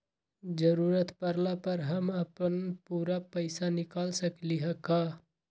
जरूरत परला पर हम अपन पूरा पैसा निकाल सकली ह का?